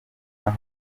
naho